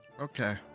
Okay